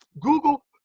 Google